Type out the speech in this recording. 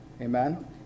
amen